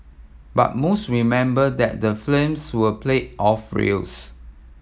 but most remember that the flames were played off reels